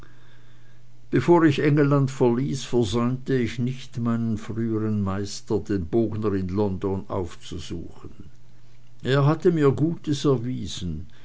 bevor ich engelland verließ versäumte ich nicht meinen frühern meister den bogner in london aufzusuchen er hatte mir gutes erwiesen